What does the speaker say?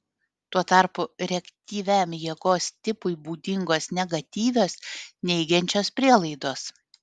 tuo tarpu reaktyviam jėgos tipui būdingos negatyvios neigiančios prielaidos